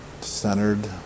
centered